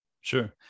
Sure